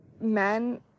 men